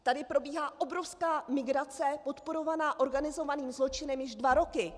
Tady probíhá obrovská migrace podporovaná organizovaným zločinem již dva roky.